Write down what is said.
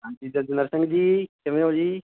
ਹਾਂਜੀ ਸਿੰਘ ਜੀ ਕਿਵੇਂ ਹੋ ਜੀ